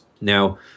Now